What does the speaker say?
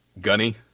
gunny